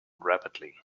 rapidly